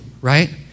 right